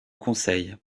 conseil